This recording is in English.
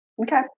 Okay